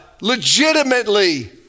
legitimately